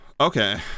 okay